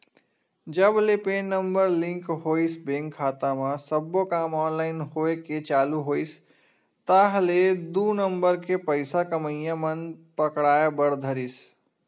जब ले PAN number link होइस बेंक खाता म सब्बो काम ऑनलाइन होय के चालू होइस ताहले दू नंबर के पइसा कमइया मन पकड़ाय बर धरिस